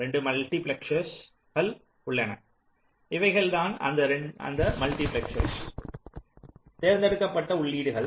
2 மல்டிபிளெக்சர்கள் உள்ளன இவைகள் தான் அந்த மல்டிபிளெக்சர்கள் தேர்ந்தெடுக்கப்பட்ட உள்ளீடுகள்